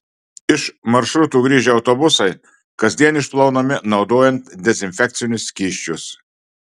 iš maršrutų grįžę autobusai kasdien išplaunami naudojant dezinfekcinius skysčius